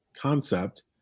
concept